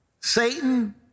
Satan